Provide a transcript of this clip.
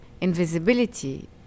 invisibility